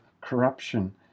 corruption